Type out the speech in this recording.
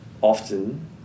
often